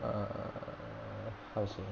err how to say